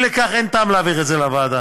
אי לכך, אין טעם להעביר את זה לוועדה.